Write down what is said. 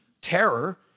terror